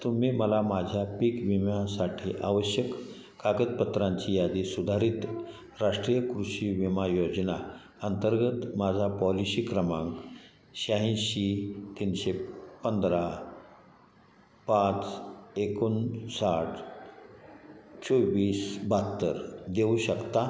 तुम्ही मला माझ्या पीक विम्यासाठी आवश्यक कागदपत्रांची यादी सुधारित राष्ट्रीय कृषी विमा योजना अंतर्गत माझा पॉलिशी क्रमांक शहाऐंशी तीनशे पंधरा पाच एकोणसाठ चोवीस बहात्तर देऊ शकता